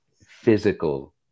physical